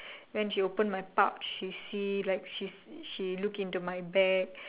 when she open my pouch she see like she's she look into my bag